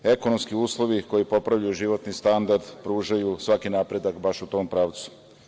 Ekonomski uslovi koji popravljaju životni standard pružaju svaki napredak baš u tom pravcu.